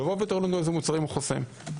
תראו לנו אילו מוצרים זה חוסם.